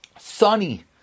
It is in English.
Sunny